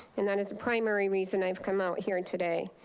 and that is the primary reason i've come out here and today.